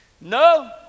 No